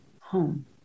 home